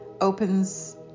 opens